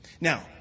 Now